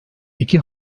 iki